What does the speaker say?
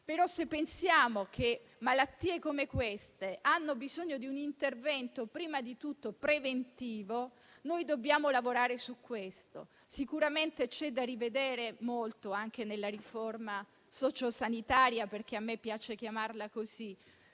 ma se pensiamo che malattie come queste hanno bisogno di un intervento prima di tutto preventivo, dobbiamo lavorare su questo. Sicuramente c'è da rivedere molto anche nella riforma sociosanitaria - a me piace chiamarla così